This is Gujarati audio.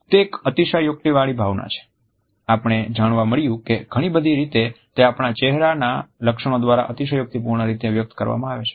તે એક અતિશયોક્તિવાળી ભાવના છે આપણને જાણવા મળ્યુ કે ઘણી બધી રીતે તે આપણા ચહેરાના લક્ષણો દ્વારા અતિશયોક્તિપૂર્ણ રીતે વ્યક્ત કરવામાં આવે છે